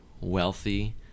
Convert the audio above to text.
wealthy